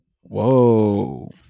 Whoa